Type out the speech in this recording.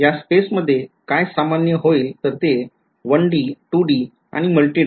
यास्पेस मध्ये काय सामान्य होईल तर ते 1D 2D multidimensional